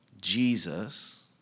Jesus